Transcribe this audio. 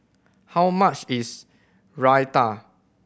how much is Raita